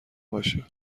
باشه